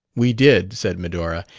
we did, said medora,